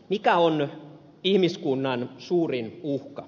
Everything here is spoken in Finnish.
mikä on ihmiskunnan suurin uhka